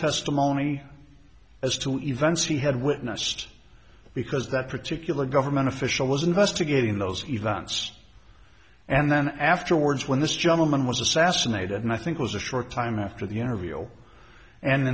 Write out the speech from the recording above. testimony as to events he had witnessed because that particular government official was investigating those events and then afterwards when this gentleman was assassinated and i think was a short time after the interview an